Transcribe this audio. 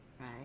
right